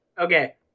Okay